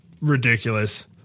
ridiculous